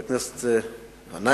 חבר הכנסת ע'נאים,